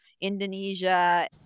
Indonesia